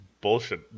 bullshit